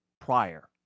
prior